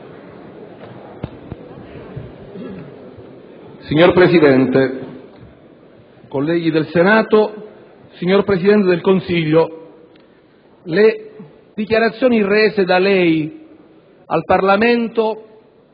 Signor Presidente, colleghi del Senato, signor Presidente del Consiglio, le dichiarazioni da lei rese al Parlamento